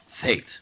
Fate